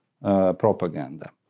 propaganda